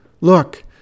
Look